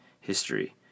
history